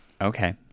Okay